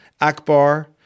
Akbar